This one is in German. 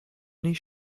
nicht